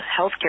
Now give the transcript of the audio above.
healthcare